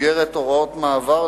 במסגרת הוראות המעבר,